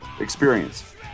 experience